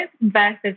versus